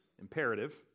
imperative